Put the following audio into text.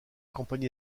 campagne